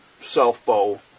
self-bow